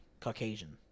Caucasian